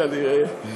כנראה,